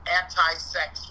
anti-sex